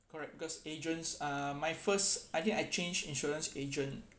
correct because agents uh my first I think I change insurance agent